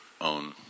own